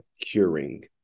curing